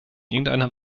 irgendeiner